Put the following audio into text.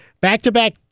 back-to-back